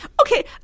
okay